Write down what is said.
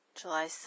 July